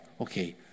Okay